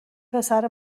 پسر